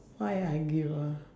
why I argued ah